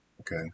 Okay